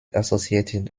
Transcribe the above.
associated